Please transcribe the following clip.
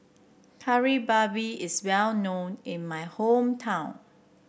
Kari Babi is well known in my hometown